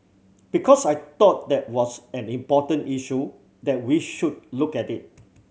because I thought that was an important issue that we should look at it